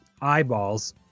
eyeballs